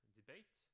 debate